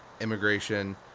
immigration